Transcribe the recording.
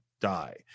die